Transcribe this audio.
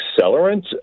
accelerant